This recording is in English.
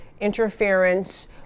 interference